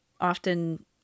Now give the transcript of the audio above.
often